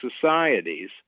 societies